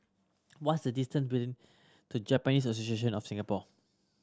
what is the distance to Japanese of Singapore